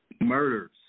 Murders